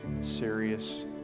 serious